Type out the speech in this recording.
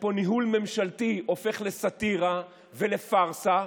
פה ניהול ממשלתי הופך לסאטירה ולפרסה,